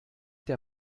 der